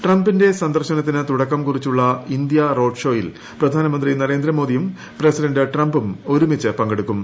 ട്രംപിന്റെ സന്ദർശനത്തിന് ീതുടക്കം കുറിച്ചുള്ള ഇന്ത്യ റോഡ്ഷോയിൽ പ്രധാനമന്ത്രി നരേന്ദ്രമോദിയും പ്രസിഡന്റ് ട്രംപും ഒരുമിച്ച് പങ്കെടുക്കും